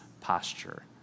posture